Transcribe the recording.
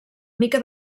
mica